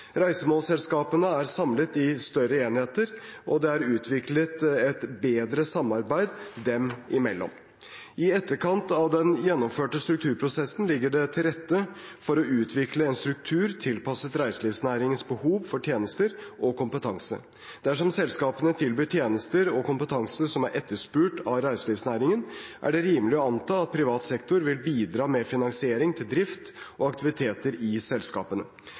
Reisemålsselskapene er samlet i større enheter, og det er utviklet et bedre samarbeid dem imellom. I etterkant av den gjennomførte strukturprosessen ligger det til rette for å utvikle en struktur tilpasset reiselivsnæringens behov for tjenester og kompetanse. Dersom selskapene tilbyr tjenester og kompetanse som er etterspurt av reiselivsnæringen, er det rimelig å anta at privat sektor vil bidra med finansiering til drift av og aktiviteter i selskapene.